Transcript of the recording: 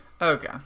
Okay